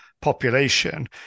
population